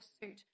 suit